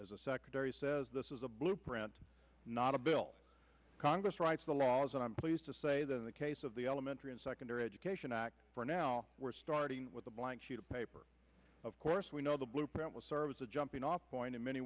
as a secretary says this is a blueprint not a bill congress writes the laws and i'm pleased to say that in the case of the elementary and secondary education act for now we're starting with a blank sheet of paper of course we know the blueprint will serve as a jumping off point in many